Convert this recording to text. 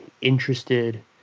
interested